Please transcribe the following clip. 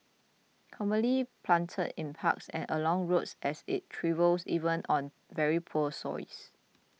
commonly planted in parks and along roads as it thrives even on very poor soils